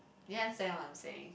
you understand what I'm saying